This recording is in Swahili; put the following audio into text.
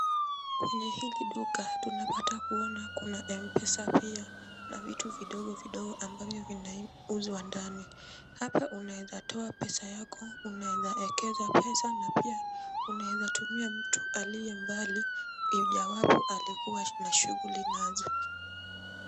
Kwenye hili duka tunapata kuona kuna M-pesa pia na vitu vidogovidogo ambavyo vinauzwa ndani. Hapa unaweza toa pesa yako, unaweza ekeza pesa na pia unaweza tumia mtu aliye mbali ijawapo alikuwa na shughuli nazo.